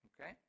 Okay